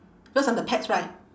because I am the pets right